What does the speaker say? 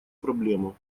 проблему